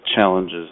challenges